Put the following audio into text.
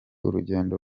urugendo